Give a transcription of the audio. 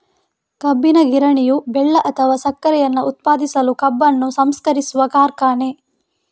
ಕಬ್ಬಿನ ಗಿರಣಿಯು ಬೆಲ್ಲ ಅಥವಾ ಸಕ್ಕರೆಯನ್ನ ಉತ್ಪಾದಿಸಲು ಕಬ್ಬನ್ನು ಸಂಸ್ಕರಿಸುವ ಕಾರ್ಖಾನೆ